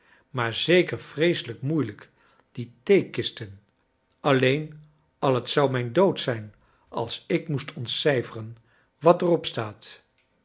maar zeker vreeselijk moeilijk die theekisten alleen al t zou mijn dood zijn als ik moest ontcijferen wat er op staat